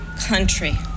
country